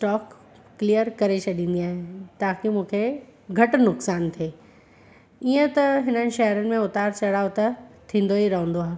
stock clear करे छॾिंदी आहियां ताक़ी मूंखे घटि नुक़सानु थिए ईअं त हिननि शेयरनि में उतार चढ़ाव त थींदो ई रहंदो आहे